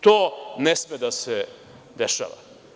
To ne sme da se dešava.